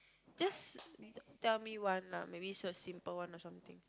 just tell me one lah maybe a simple one or something